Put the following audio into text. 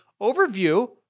overview